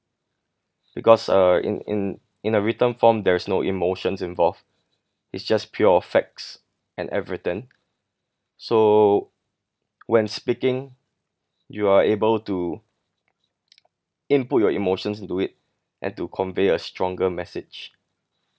because uh in in in a written form there is no emotions involved it's just pure facts and evidence so when speaking you are able to input your emotions into it and to convey a stronger message